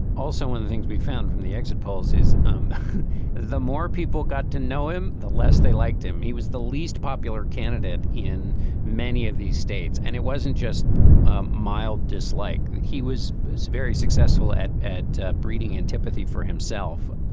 also, one, the things we found from the exit polls is that um the more people got to know him, the less they liked him. he was the least popular candidate in many of these states. and it wasn't just mild dislike. he was very successful at at breeding antipathy for himself.